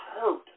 hurt